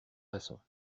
façons